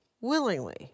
willingly